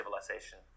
civilization